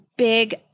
Big